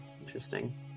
interesting